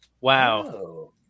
wow